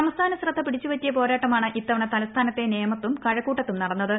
സംസ്ഥാന ശ്രദ്ധ പിടിച്ചു പറ്റിയ പ്ടോരാട്ടമാണ് ഇത്തവണ തലസ്ഥാനത്തെ നേമത്തും കഴക്കൂട്ടത്തും നടന്നത്